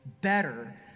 better